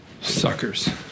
Suckers